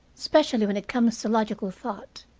especially when it comes to logical thought.